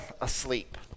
asleep